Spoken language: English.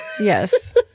Yes